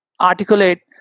articulate